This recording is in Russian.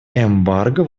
эмбарго